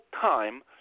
time